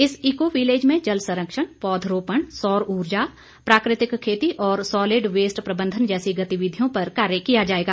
इस eco village में जल संरक्षण पौध रोपण सौर ऊर्जा प्राकृतिक खेती और सॉलिड वेस्ट प्रबंधन जैसी गतिविधियों पर कार्य किया जाएगा